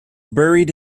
buried